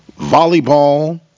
volleyball